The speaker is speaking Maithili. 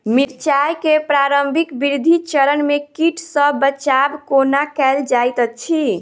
मिर्चाय केँ प्रारंभिक वृद्धि चरण मे कीट सँ बचाब कोना कैल जाइत अछि?